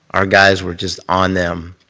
our guys were just on them,